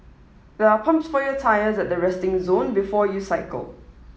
there are pumps for your tyres at the resting zone before you cycle